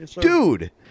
dude